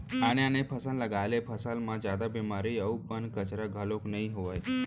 आने आने फसल लगाए ले फसल म जादा बेमारी अउ बन, कचरा घलोक नइ होवय